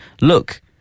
look